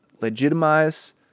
legitimize